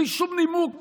בלי שום נימוק,